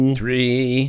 three